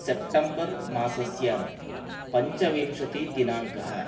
September मासस्य पञ्चविंशतिदिनाङ्कः